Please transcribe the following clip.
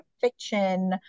fiction